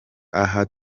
aha